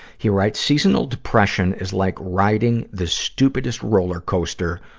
he writes, seasonal depression is like riding the stupidest roller coaster,